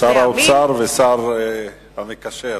שר האוצר והשר המקשר,